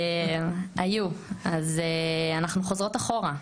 היו, אז אנחנו חוזרות אחורה.